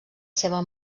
seva